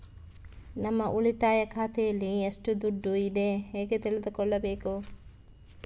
ನಮ್ಮ ಉಳಿತಾಯ ಖಾತೆಯಲ್ಲಿ ಎಷ್ಟು ದುಡ್ಡು ಇದೆ ಹೇಗೆ ತಿಳಿದುಕೊಳ್ಳಬೇಕು?